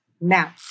now